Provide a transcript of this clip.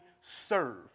serve